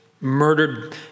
murdered